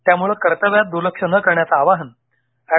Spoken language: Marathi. त्यामुळे कर्तव्यात दूर्लक्ष न करण्याचे आवाहन एड